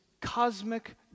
cosmic